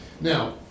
Now